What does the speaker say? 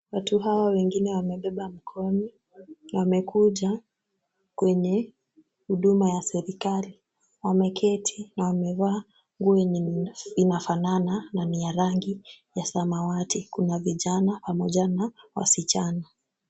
Watu hawa wengine wamebeba mkono. Wamekuja kwenye huduma ya serikali. Wameketi na wamevaa nguo yenye inafanana na ni ya rangi ya samawati. Kuna vijana pamoja na wasichana.